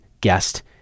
guest